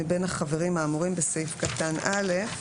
מבין החברים האמורים בסעיף קטן (א).